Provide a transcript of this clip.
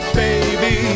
baby